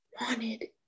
wanted